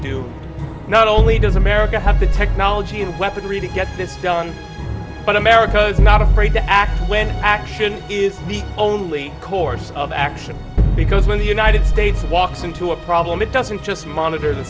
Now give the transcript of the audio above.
due not only does america have the technology and weaponry to get this done but america is not afraid to act when action is the only course of action because when the united states walks into a problem it doesn't just monitor the